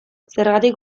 zergatik